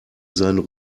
seinen